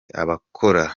abakora